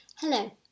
Hello